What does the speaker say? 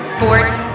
Sports